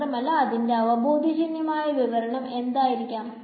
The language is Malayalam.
മാത്രമല്ല ഇതിന്റെ അവബോധജന്യമായ വിവരണം എന്തായിരിക്കാം